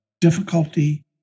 difficulty